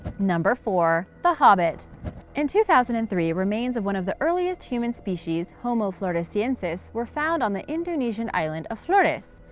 four. the hobbit in two thousand and three, remains of one of the earliest human species, homo floresiensis, were found on the indonesian island of flores.